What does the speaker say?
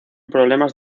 problemas